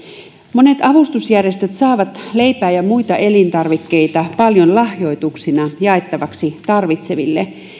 monet avustusjärjestöt saavat leipää ja muita elintarvikkeita lahjoituksina jaettavaksi tarvitseville